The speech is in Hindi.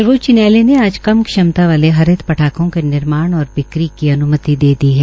सर्वोच्च न्यायालय ने आज कम क्षमता वाले हरित पटाखों के निर्माण और बिक्री की अन्मति दे दी है